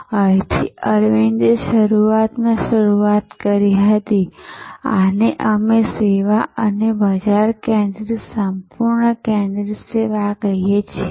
અહીંથી અરવિંદે શરૂઆતમાં શરૂઆત કરી હતી આને અમે સેવા અને બજાર કેન્દ્રિત સંપૂર્ણ કેન્દ્રિત સેવા કહીએ છીએ